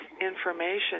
information